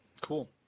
Cool